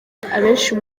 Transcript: abenshi